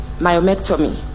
myomectomy